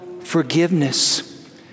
forgiveness